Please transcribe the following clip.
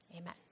Amen